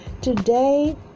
Today